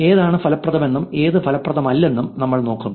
ഏതാണ് ഫലപ്രദമെന്നും അത് ഫലപ്രദമല്ലെന്നും നമ്മൾ നോക്കും